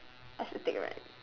I still think right